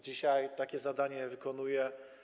Dzisiaj takie zadanie ona wykonuje.